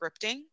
scripting